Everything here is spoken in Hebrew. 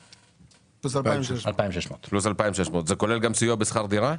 וזה כולל גם סיוע בשכר דירה?